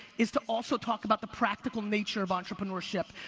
is to also talk about the practical nature of entrepreneurship.